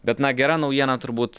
bet na gera naujiena turbūt